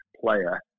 player